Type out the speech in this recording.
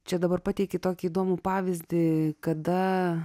čia dabar pateiki tokį įdomų pavyzdį kada